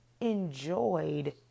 enjoyed